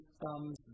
thumbs